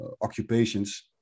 occupations